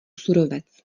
surovec